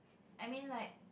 I mean like